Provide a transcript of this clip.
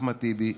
אחמד טיבי,